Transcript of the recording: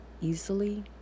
easily